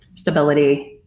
stability,